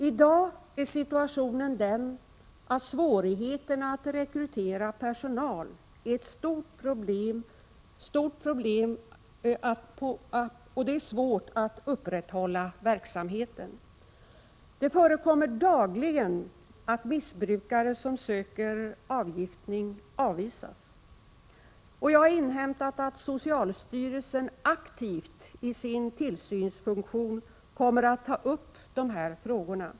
I dag är situationen den, att svårigheterna att rekrytera personal är ett så stort problem att det är svårt att upprätthålla verksamhet. Det förekommer dagligen att missbrukare som söker avgiftning avvisas. Jag har inhämtat att socialstyrelsen aktivt i sin tillsynsfunktion kommer att ta upp dessa frågor.